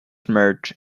merge